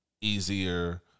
Easier